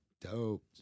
Dope